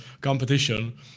competition